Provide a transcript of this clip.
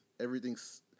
Everything's